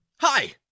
Hi